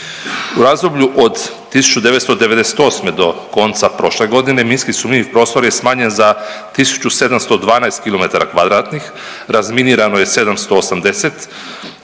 U razdoblju od 1998. do konca prošle godine minski sumnjivi prostor je smanjen za 1712 km2, razminirano je 780 km2